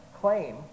claim